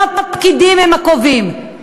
לא הפקידים הם הקובעים,